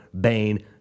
Bane